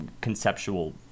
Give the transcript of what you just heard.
conceptual